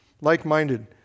like-minded